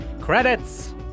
credits